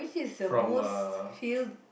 from uh